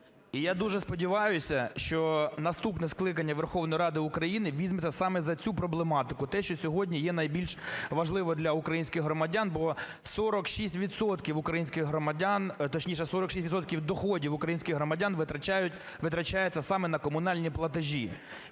я дуже сподіваюся, що наступне скликання Верховної Ради України візьметься саме за цю проблематику – те, що сьогодні є найбільш важливо для українських громадян, бо 46 відсотків українських громадян, точніше 46 відсотків